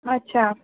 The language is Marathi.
अच्छा